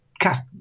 cast